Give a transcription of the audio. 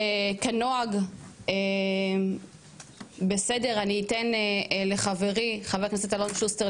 וכנוהג בסדר אני אתן לחברי חבר הכנסת אלון שוסטר,